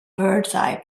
birdseye